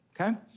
okay